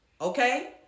okay